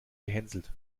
gehänselt